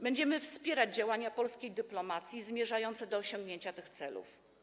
Będziemy wspierać działania polskiej dyplomacji zmierzające do osiągnięcia tych celów.